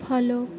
follow